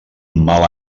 mal